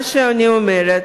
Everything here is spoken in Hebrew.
מה שאני אומרת,